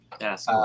Yes